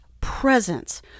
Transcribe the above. presence